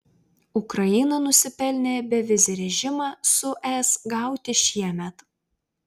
ukraina nusipelnė bevizį režimą su es gauti šiemet